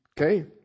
Okay